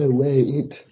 wait